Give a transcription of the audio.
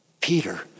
Peter